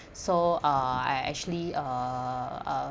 so uh I actually uh uh